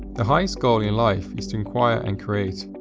the highest goal in life is to inquire and create.